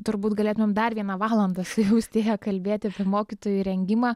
turbūt galėtumėm dar vieną valandą su austėja kalbėti apie mokytojų rengimą